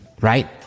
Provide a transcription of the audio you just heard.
right